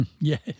Yes